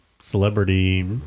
celebrity